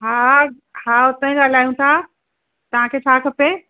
हा हा हा उतां ई ॻाल्हायूं था तव्हांखे छा खपे